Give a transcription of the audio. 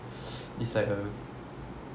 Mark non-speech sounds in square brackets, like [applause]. [breath] it's like a